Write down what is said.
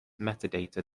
metadata